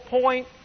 point